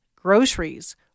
groceries